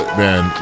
man